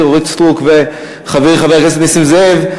אורית סטרוק וחברי חבר הכנסת נסים זאב,